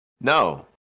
No